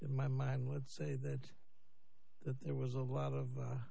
in my mind would say that there was a lot of